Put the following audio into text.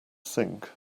think